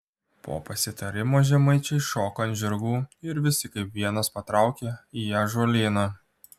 po pasitarimo žemaičiai šoko ant žirgų ir visi kaip vienas patraukė į ąžuolyną